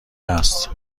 است